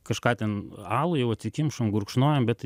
kažką ten alų jau atsikimšom gurkšnojam bet